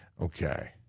Okay